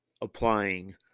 applying